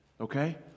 Okay